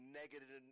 negative